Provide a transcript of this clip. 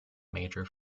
major